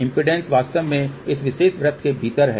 impedance वास्तव में इस विशेष वृत्त के भीतर है